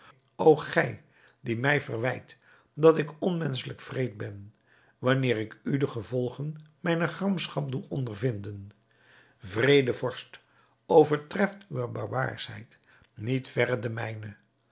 o gij die mij verwijt dat ik onmenschelijk wreed ben wanneer ik u de gevolgen mijner gramschap doe ondervinden wreede vorst overtreft uwe barbaarschheid niet verre de mijne